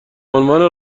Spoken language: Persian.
عنوان